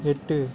எட்டு